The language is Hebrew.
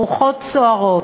הרוחות סוערות,